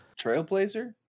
trailblazer